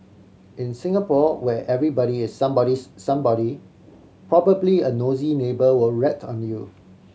in Singapore where everybody is somebody's somebody probably a nosy neighbour will rat on you